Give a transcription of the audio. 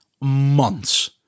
months